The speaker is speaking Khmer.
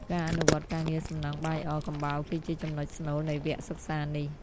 ការអនុវត្តការងារសំណង់បាយអកំបោរគឺជាចំណុចស្នូលនៃវគ្គសិក្សានេះ។